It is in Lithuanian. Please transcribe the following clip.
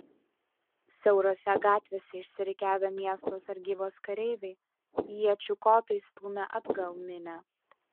siaurose gatvėse išsirikiavę miesto sargybos kareiviai iečių kotais stūmė atgal minią